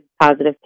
positive